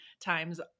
times